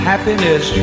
Happiness